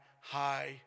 high